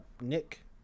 Nick